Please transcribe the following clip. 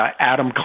Adam